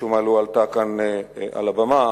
ומשום מה לא עלתה כאן על הבמה,